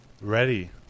ready